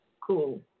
cool